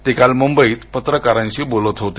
ते काल मुंबईत पत्रकारांशी बोलत होते